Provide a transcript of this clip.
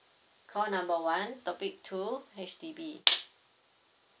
call number one topic two H_D_B